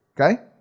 Okay